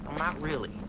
not really,